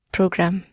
Program